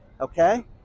Okay